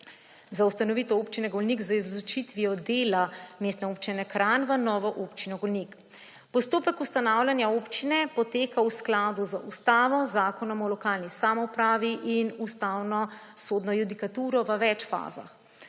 za ustanovitev Občine Golnik z izločitvijo dela Mestne občine Kranj v novo Občino Golnik. Postopek ustanavljanja občine poteka v skladu z Ustavo, Zakonom o lokalni samoupravi in ustavnosodno judikaturo v več fazah.